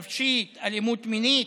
אלימות נפשית, אלימות מינית,